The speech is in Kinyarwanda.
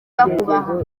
bakubaha